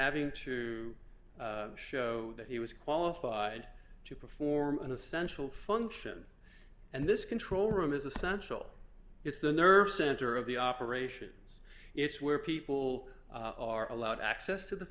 having to show that he was qualified to perform an essential function and this control room is essential it's the nerve center of the operations it's where people are allowed access to the